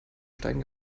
stein